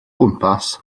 gwmpas